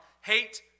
hate